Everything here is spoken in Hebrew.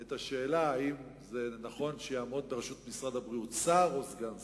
את השאלה האם זה נכון שיעמוד בראשות משרד הבריאות שר או סגן שר,